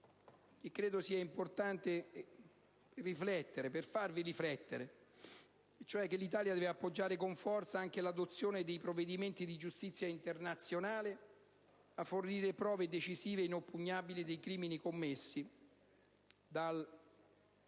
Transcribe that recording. credo sia importante per farvi riflettere: l'Italia deve appoggiare con forza anche l'adozione dei provvedimenti di giustizia internazionale, per fornire prove decisive e inoppugnabili dei crimini commessi dal dittatore